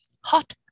Hot